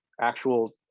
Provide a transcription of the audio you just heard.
actual